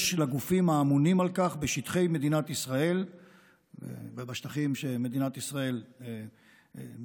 יש לגופים האמונים על כך בשטחי מדינת ישראל ובשטחים שמדינת ישראל משפיעה